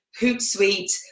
HootSuite